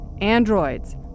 androids